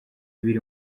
biri